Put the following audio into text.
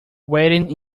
waiting